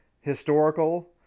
historical